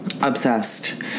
obsessed